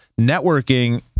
networking